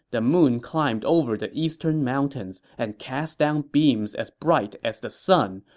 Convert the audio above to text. the moon climbed over the eastern mountains and cast down beams as bright as the sun.